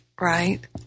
right